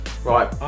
Right